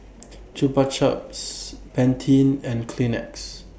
Chupa Chups Pantene and Kleenex